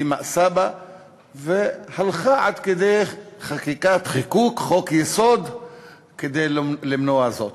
והיא מאסה בה והלכה עד כדי חיקוק חוק-יסוד כדי למנוע זאת.